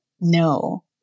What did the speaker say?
No